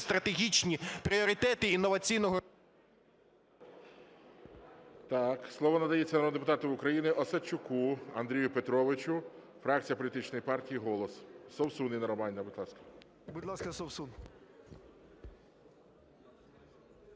стратегічні пріоритети інноваційного… ГОЛОВУЮЧИЙ. Так, слово надається народному депутату України Осадчуку Андрію Петровичу, фракція політичної партії "Голос". Совсун Інна Романівна, будь ласка. 13:50:09 ОСАДЧУК